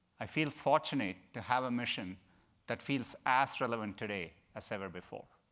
i feel fortunate to have a mission that feels as relevant today as ever before.